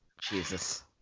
Jesus